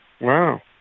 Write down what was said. Wow